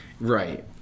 Right